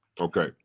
Okay